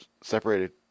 separated